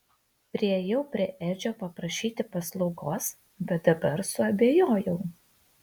priėjau prie edžio paprašyti paslaugos bet dabar suabejojau